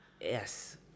Yes